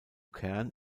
kern